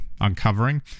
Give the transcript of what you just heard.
uncovering